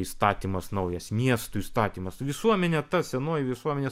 įstatymas naujas miestų įstatymas visuomenė ta senoji visuomenės